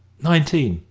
nineteen!